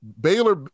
Baylor